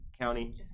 county